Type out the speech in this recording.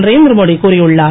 நரேந்திர மோடி கூறியுள்ளார்